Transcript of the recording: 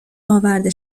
آورده